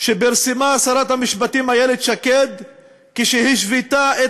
שפרסמה שרת המשפטים איילת שקד שבו השוותה